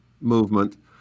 movement